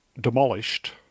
demolished